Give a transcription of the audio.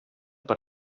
per